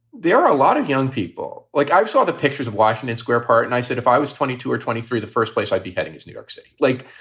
there are a lot of young people like i saw the pictures of washington square park and i said if i was twenty two or twenty three, the first place i'd be heading is new york city. like,